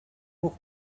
moved